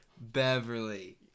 Beverly